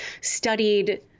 studied